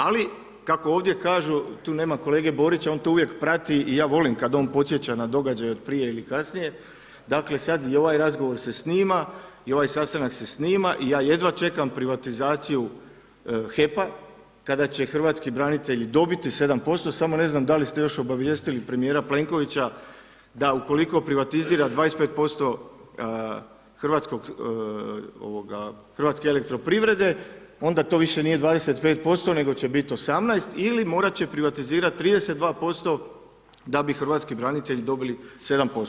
Ali kako ovdje kažu, tu nema kolege Borića, on to uvijek prati i ja volim kada on podsjeća na događaje od prije ili kasnije, dakle sad i ovaj razgovor se snima i ovaj sastanak se snima i ja jedva čekam privatizaciju HEP-a kada će hrvatski branitelji dobiti 7% samo ne znam da li ste još obavijestili premijera Plenkovića da ukoliko privatizira 25% HEP-a onda to više nije 25% nego će biti 18 ili morati će privatizirati 32% da bi hrvatski branitelji dobili 7%